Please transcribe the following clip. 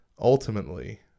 ultimately